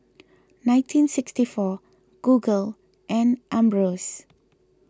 nineteen sixty four Google and Ambros